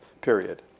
period